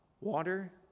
water